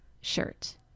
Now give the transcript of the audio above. shirt